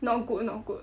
not good not good